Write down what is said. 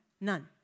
None